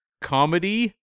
comedy